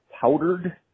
powdered